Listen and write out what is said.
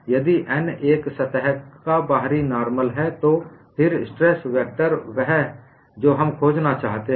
यदि n एक सतह का बाहरी नॉर्मल है फिर स्ट्रेस वेक्टर वह जो हम खोजना चाहते हैं